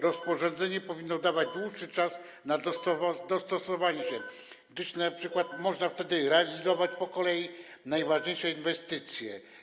Rozporządzenie powinno dawać dłuższy czas na dostosowanie się, gdyż np. można wtedy realizować po kolei najważniejsze inwestycje.